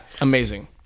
amazing